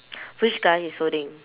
which guy is holding